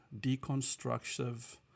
deconstructive